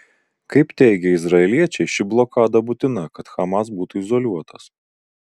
kaip teigia izraeliečiai ši blokada būtina kad hamas būtų izoliuotas